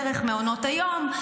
דרך מעונות היום,